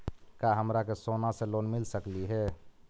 का हमरा के सोना से लोन मिल सकली हे?